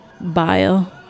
bile